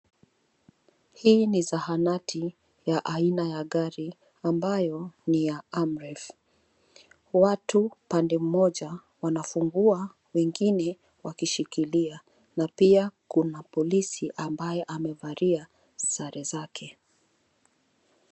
Hii ni zahanati ya aina ya gari ambayo ni ya Amref. Watu pande mmoja wanafungua, wengine wakishikilia na pia kuna polisi ambaye amevalia sare zake.